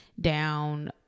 down